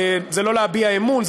זה לא להביע אמון,